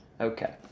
Okay